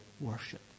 worship